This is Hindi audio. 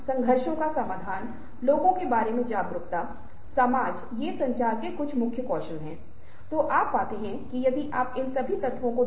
अब दूसरी बात जो मैं करना चाहूंगा वह एक दृष्टांत के रूप में है जब हम वास्तव में आश्वस्त होते हैं तब मौन या मौन की कमी की संभावना होती है